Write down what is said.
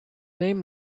name